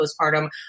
postpartum